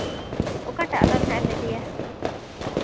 ᱚᱠᱟᱴᱟᱜ ᱨᱟᱱ ᱦᱟᱸ ᱮᱢ ᱤᱫᱤᱭᱟ